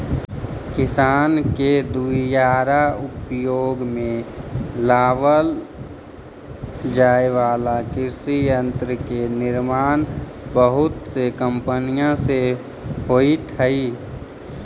किसान के दुयारा उपयोग में लावल जाए वाला कृषि यन्त्र के निर्माण बहुत से कम्पनिय से होइत हई